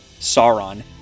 Sauron